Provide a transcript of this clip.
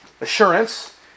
Assurance